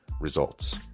results